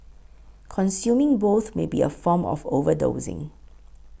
consuming both may be a form of overdosing